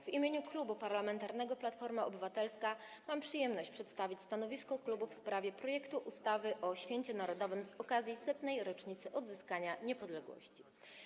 W imieniu Klubu Parlamentarnego Platforma Obywatelska mam przyjemność przedstawić stanowisko klubu w sprawie projektu ustawy o Święcie Narodowym z okazji 100. Rocznicy Odzyskania Niepodległości.